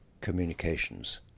communications